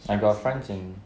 I got friends in